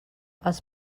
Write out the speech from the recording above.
els